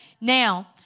Now